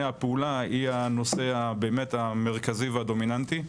הפעולה היא הנושא באמת המרכזי והדומיננטי.